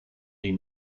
die